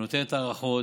היא נותנת הארכות,